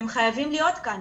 הם חייבים להיות כאן.